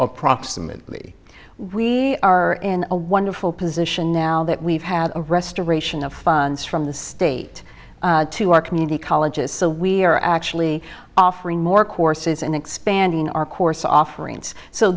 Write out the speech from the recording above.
approximately we are in a wonderful position now that we've had a restoration of funds from the state to our community colleges so we are actually offering more courses and expanding our course offerings so